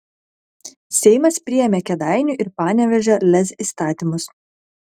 seimas priėmė kėdainių ir panevėžio lez įstatymus